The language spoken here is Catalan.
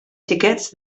xiquets